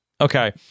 Okay